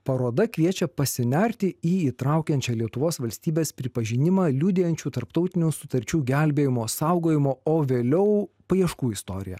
paroda kviečia pasinerti į įtraukiančią lietuvos valstybės pripažinimą liudijančių tarptautinių sutarčių gelbėjimo saugojimo o vėliau paieškų istoriją